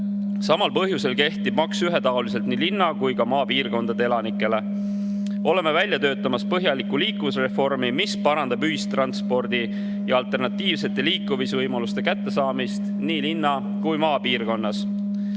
Samal põhjusel kehtib maks ühetaoliselt nii linna‑ kui ka maapiirkondade elanikele. Oleme välja töötamas põhjalikku liikuvusreformi, mis parandab ühistranspordi ja alternatiivsete liikumisvõimaluste kättesaadavust nii linna‑ kui ka maapiirkonnas.